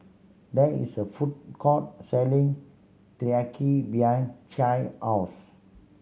there is a food court selling Teriyaki behind Che house